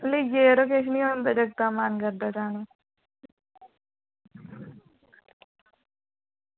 लेई आएओ यरो किश निं होंदा जागतें दा मन करदा जाने गी